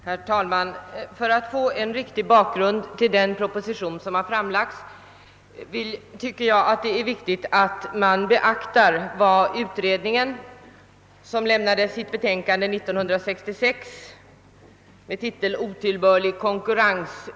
Herr talman! För att få den riktiga bakgrunden till reservationerna i tredje lagutskottets förevarande utlåtande är det viktigt att beakta vad den utredning anförde, som år 1966 avlämnade sitt betänkande med titeln Otillbörlig konkurrens.